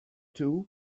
two